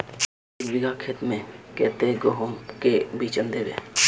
एक बिगहा खेत में कते गेहूम के बिचन दबे?